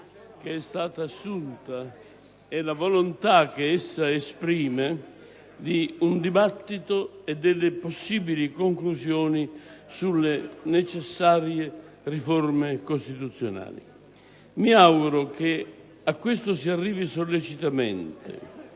che è stata assunta e la volontà che essa esprime di un dibattito e delle possibili conclusioni sulle necessarie riforme costituzionali. Mi auguro che a questo si arrivi sollecitamente,